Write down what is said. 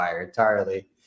entirely